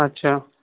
अच्छा